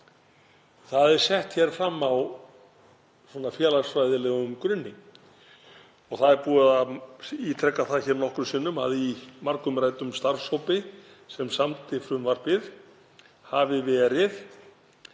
er sett fram á félagsfræðilegum grunni. Það er búið að ítreka það hér nokkrum sinnum að í margumræddum starfshópi sem samdi frumvarpið hafi verið